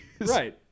Right